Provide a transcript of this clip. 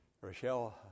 Rochelle